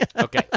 Okay